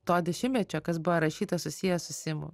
to dešimtmečio kas buvo rašyta susiję su simu